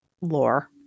lore